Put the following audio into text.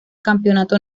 campeonato